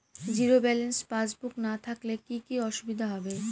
Zero balance পাসবই না থাকলে কি কী অসুবিধা হবে?